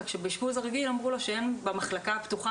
רק שבאשפוז הרגיל אמרו לו שבמחלקה הפתוחה